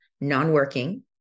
non-working